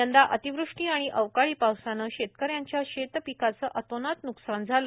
यंदा अतिवृष्टी आणि अवकाळी पावसाने शेतकऱ्यांच्या शेतीपिकाचे अतोनात असे न्कसान झाले